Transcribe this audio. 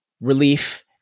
relief